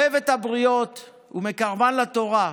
אוהב את הבריות ומקרבן לתורה".